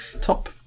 top